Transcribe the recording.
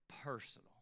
personal